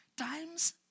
Times